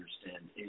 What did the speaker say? understand